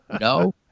no